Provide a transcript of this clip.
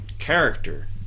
Character